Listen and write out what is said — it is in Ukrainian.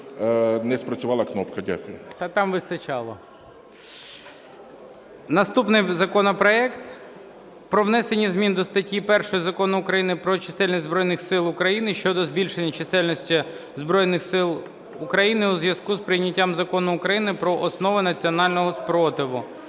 Наступний законопроект про внесення змін до статті 1 Закону України "Про чисельність Збройних Сил України" щодо збільшення чисельності Збройних Сил України у зв'язку із прийняттям Закону України "Про основи національного спротиву"